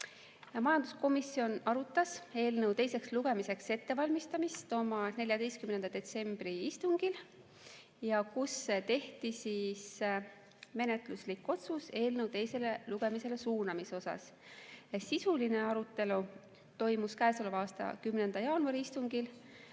Majanduskomisjon arutas eelnõu teiseks lugemiseks ettevalmistamist oma 14. detsembri istungil, kus tehti menetluslik otsus eelnõu teisele lugemisele suunamise kohta. Sisuline arutelu toimus käesoleva aasta 10. jaanuari istungil